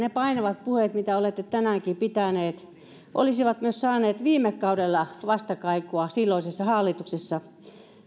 ne painavat puheet mitä olette tänäänkin pitänyt olisivat myös viime kaudella saaneet vastakaikua silloisessa hallituksessa